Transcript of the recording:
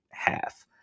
half